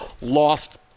lost